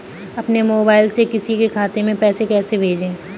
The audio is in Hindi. अपने मोबाइल से किसी के खाते में पैसे कैसे भेजें?